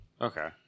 Okay